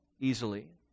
easily